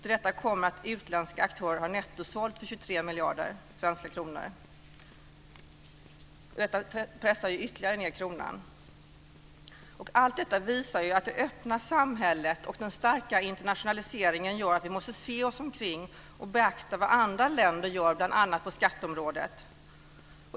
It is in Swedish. Till detta kommer att utländska aktörer har nettosålt för 23 miljarder. Detta pressar ytterligare ned kronan. Allt detta visar att det öppna samhället och den starka internationaliseringen gör att vi måste se oss omkring och beakta vad andra länder gör bl.a. på skatteområdet.